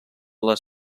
les